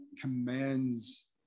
commands